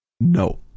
No